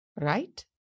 right